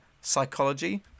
psychology